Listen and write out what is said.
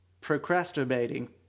procrastinating